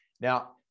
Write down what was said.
now